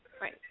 Right